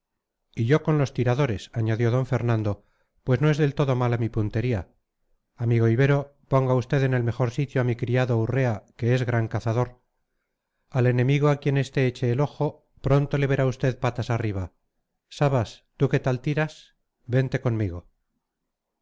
y yo con los tiradores añadió d fernando pues no es del todo mala mi puntería amigo ibero ponga usted en el mejor sitio a mi criado urrea que es gran cazador al enemigo a quien este eche el ojo pronto le verá usted patas arriba sabas tú qué tal tiras vente conmigo